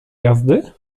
jazdy